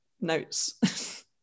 notes